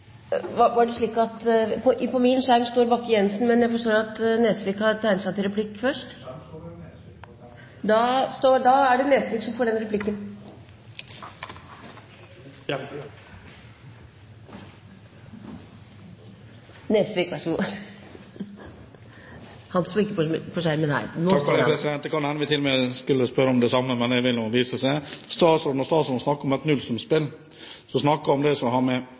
Nesvik har tegnet seg til replikk først. Da er det Nesvik som får den replikken. Takk for det. Det kan hende vi til og med skulle spørre om det samme, men det vil nå vise seg. Statsråden snakker om et nullsumspill. Hun snakker om at antall fisk, altså kvoten, MTB, og hvor mye man kan ta ut, ikke vil endre seg. Det